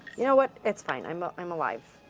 you know what? it's fine. i'm ah i'm alive.